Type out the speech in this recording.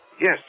yes